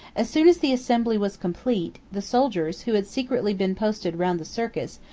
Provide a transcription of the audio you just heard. as soon as the assembly was complete, the soldiers, who had secretly been posted round the circus,